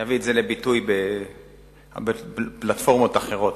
שנביא את זה לביטוי בפלטפורמות אחרות,